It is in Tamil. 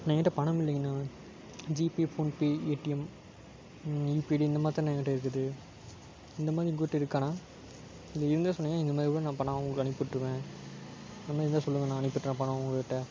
அண்ணா என்கிட்ட பணம் இல்லைங்கண்ணா ஜிபே ஃபோன்பே பேடிஎம் யுபிஐ இப்படி இந்த மாதிரி தாண்ணா என்கிட்ட இருக்குது இந்த மாதிரி உங்கக்கிட்ட இருக்காண்ணா இல்லை இருந்தால் சொல்லுங்க இந்த மாதிரி கூட நான் பணம் நான் உங்களுக்கு அனுப்பிவுடுருவேன் அந்த மாதிரி இருந்தால் சொல்லுங்கண்ணா அனுப்பிவுடுறேன் பணம் உங்கக்கிட்ட